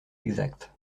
exact